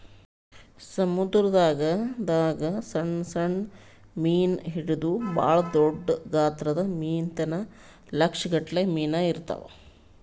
ಸಮುದ್ರದಾಗ್ ದಾಗ್ ಸಣ್ಣ್ ಸಣ್ಣ್ ಮೀನ್ ಹಿಡದು ಭಾಳ್ ದೊಡ್ಡ್ ಗಾತ್ರದ್ ಮೀನ್ ತನ ಲಕ್ಷ್ ಗಟ್ಲೆ ಮೀನಾ ಇರ್ತವ್